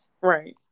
Right